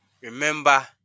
remember